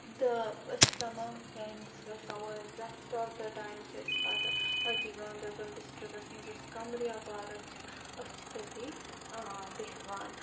تہٕ أسۍ چھِ تَمام فرنڈٕس گَژھان اور ریٚسٹ آف دَ ٹایِم چھِ أسۍ پَتہٕ أتی گاندَربَل ڈِسٹرکَس مَنٛز یۄس قَمرِیا پَارک چھِ أسۍ چھِ تٔتی بٮ۪ہوان